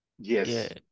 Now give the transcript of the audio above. Yes